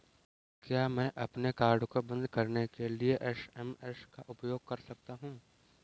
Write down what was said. क्या मैं अपने कार्ड को बंद कराने के लिए एस.एम.एस का उपयोग कर सकता हूँ?